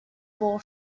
ball